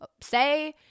say